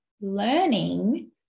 learning